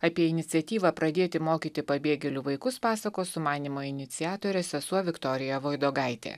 apie iniciatyvą pradėti mokyti pabėgėlių vaikus pasakos sumanymo iniciatorė sesuo viktorija voidogaitė